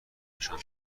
نشان